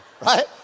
right